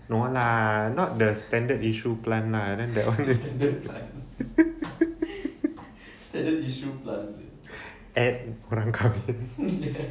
no one lah not the standard issue plan lah and then like that one at